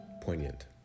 poignant